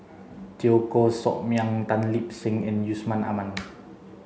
Teo Koh Sock Miang Tan Lip Seng and Yusman Aman